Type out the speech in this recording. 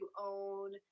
own